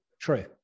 true